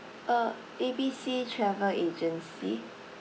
uh A B C travel agency